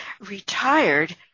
retired